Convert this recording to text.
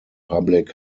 public